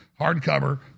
hardcover